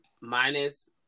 minus